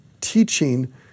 teaching